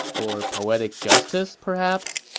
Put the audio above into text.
or poetic justice perhaps?